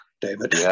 David